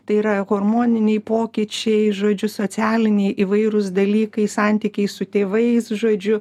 tai yra hormoniniai pokyčiai žodžiu socialiniai įvairūs dalykai santykiai su tėvais žodžiu